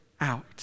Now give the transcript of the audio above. out